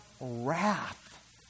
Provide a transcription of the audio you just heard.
wrath